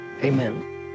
amen